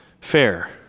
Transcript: fair